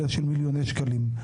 אלא של מיליוני שקלים,